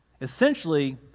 Essentially